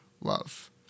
love